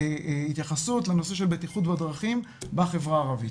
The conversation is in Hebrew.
ההתייחסות לנושא של בטיחות בדרכים בחברה הערבית.